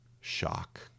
shock